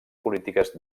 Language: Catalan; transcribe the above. polítiques